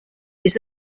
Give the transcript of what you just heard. his